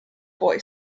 boy